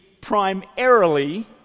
primarily